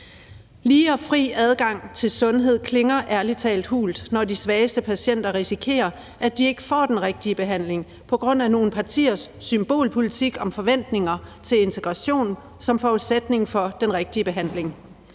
Lige og fri adgang til sundhed klinger ærlig talt hult, når de svageste patienter risikerer, at de ikke får den rigtige behandling på grund af nogle partiers symbolpolitik om forventninger til integration som forudsætning for den rigtige behandling.